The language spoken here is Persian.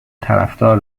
طرفدار